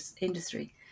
industry